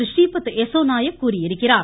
ஸ்ரீபத் யஸோ நாயக் கூறியிருக்கிறார்